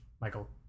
Michael